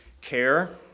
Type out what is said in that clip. care